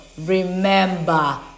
Remember